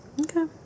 Okay